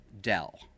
Dell